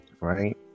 Right